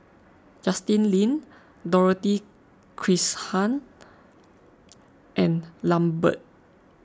Justin Lean Dorothy Krishnan and Lambert